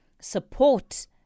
support